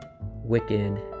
Wicked